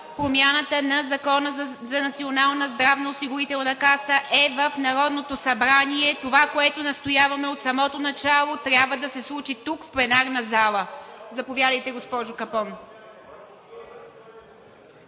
промяната на Закона за Националната здравноосигурителна каса е в Народното събрание – това, което настояваме от самото начало, е, че трябва да се случи в пленарната зала. Заповядайте, госпожо Капон.